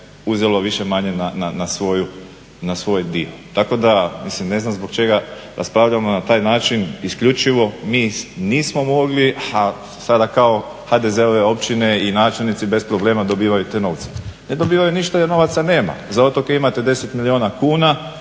uzelo više-manje na svoj dio. Tako da mislim ne znam zbog čega raspravljamo na taj način, isključivo mi nismo mogli, a sada kao HDZ-ove općine i načelnici bez problema dobivaju te novce. Ne dobivaju ništa jer novaca nema. Za otoke imate 10 milijuna kuna,